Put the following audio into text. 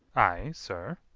ay, sir.